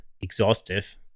exhaustive